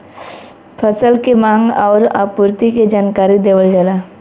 फसल के मांग आउर आपूर्ति के जानकारी देवल जाला